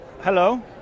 hello